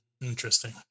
Interesting